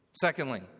Secondly